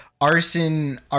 arson